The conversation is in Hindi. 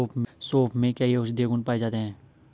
सोंफ में कई औषधीय गुण पाए जाते हैं